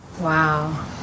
Wow